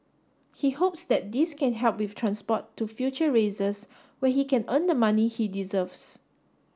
he hopes that this can help with transport to future races where he can earn the money he deserves